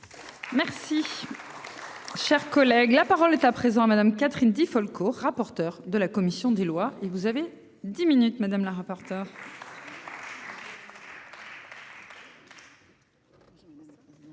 Merci. Collègue, la parole est à présent à Madame, Catherine Di Folco, rapporteur de la commission des lois et vous avez 10 minutes Madame la rapporteure.